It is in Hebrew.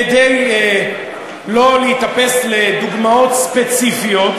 כדי לא להיתפס לדוגמאות ספציפיות,